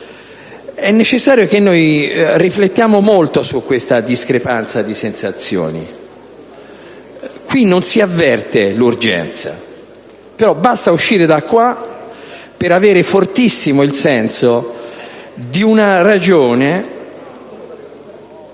È necessario che riflettiamo molto su questa discrepanza di sensazioni. Qui non si avverte l'urgenza, però basta uscire da qua per avere fortissimo il senso di una ragione...